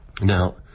Now